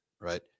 right